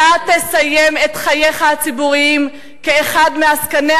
ואתה תסיים את חייך הציבוריים כאחד מעסקניה